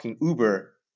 uber